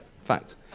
fact